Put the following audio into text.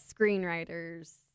screenwriters